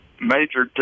major